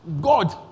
God